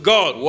God